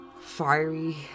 fiery